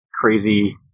crazy